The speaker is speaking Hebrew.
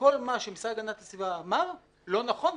שכל מה שהמשרד להגנת הסביבה אמר לא נכון,